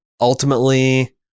ultimately